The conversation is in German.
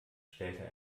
stellte